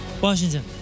Washington